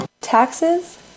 Taxes